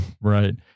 Right